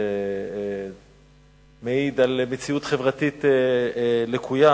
זה מעיד על מציאות חברתית לקויה.